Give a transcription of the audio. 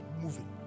moving